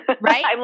right